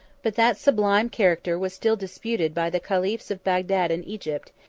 but that sublime character was still disputed by the caliphs of bagdad and egypt,